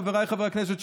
חבריי חברי הכנסת,